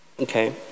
Okay